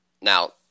Now